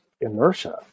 inertia